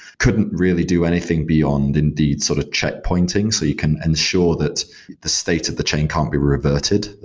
couldn't really do anything beyond indeed sort of checkpointing so you can ensure that the state of the chain can't be reverted,